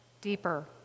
deeper